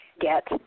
get